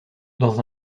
dans